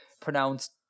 pronounced